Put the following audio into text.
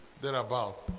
thereabout